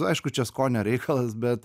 nu aišku čia skonio reikalas bet